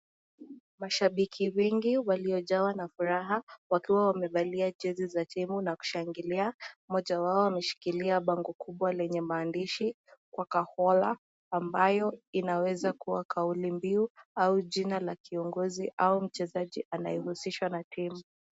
Mashabiki wengi waliojawa na furaha wakiwa wamevaa jersey na kushangilia moja wao ameshikilia pango kubwa lenye maandishi wakaola ambayo inaweza kuwa kauli mbili au jina la kiongozi au mchezaji anayeusiswa na timu.